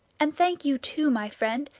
and thank you, too, my friend,